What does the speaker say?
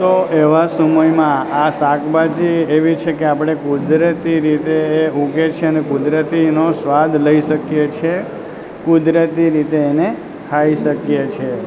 તો એવા સમયમાં આ શાકભાજી એવી છે કે આપણે કુદરતી રીતે એ ઊગે છે ને કુદરતી એનો સ્વાદ લઈ શકીએ છે કુદરતી રીતે એને ખાઈ શકીએ છે